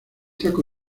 himno